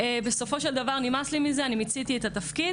בסופו של דבר נמאס לי מזה, אני מיציתי את התפקיד